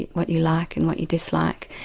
what you like and what you dislike,